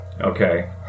Okay